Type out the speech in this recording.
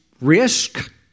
risk